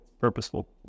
purposeful